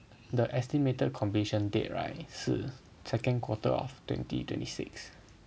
the estimated completion date right 是 second quarter of twenty twenty six